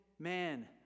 Man